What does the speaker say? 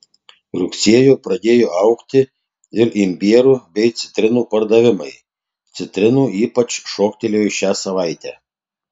rugsėjį pradėjo augti ir imbiero bei citrinų pardavimai citrinų ypač šoktelėjo šią savaitę